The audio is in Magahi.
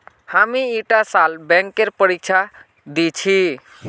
हामी ईटा साल बैंकेर परीक्षा दी छि